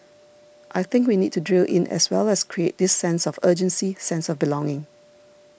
I think we need to drill in as well as create this sense of urgency sense of belonging